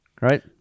right